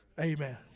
Amen